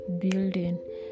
building